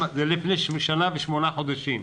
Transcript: זה לפני שנה ושמונה חודשים.